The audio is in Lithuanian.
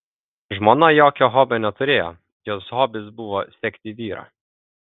žmona jokio hobio neturėjo jos hobis buvo sekti vyrą